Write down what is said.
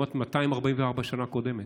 244 בשנה הקודמת.